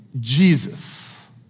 Jesus